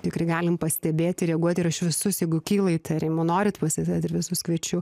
tikrai galim pastebėti reaguoti ir aš visus jeigu kyla įtarimų norit pasėdėt ir visus kviečiu